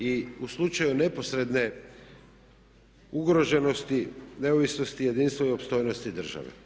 I u slučaju neposredne ugroženosti, neovisnosti i jedinstvene opstojnosti države.